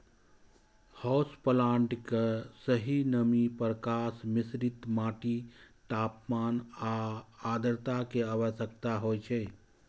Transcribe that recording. house plant कें सही नमी, प्रकाश, मिश्रित माटि, तापमान आ आद्रता के आवश्यकता होइ छै